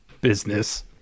business